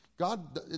God